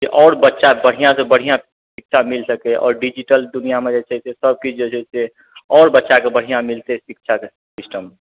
जे आओर बच्चा बढिआँ सऽ बढिआँ शिक्षा मिल सकै आओर डिजिटल दुनिया मे जे छै से सब किछु जे छै से आओर बच्चा के बढिआँ मिलतै शिक्षा के सिस्टम